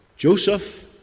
Joseph